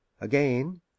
Again